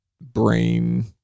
brain